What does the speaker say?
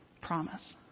promise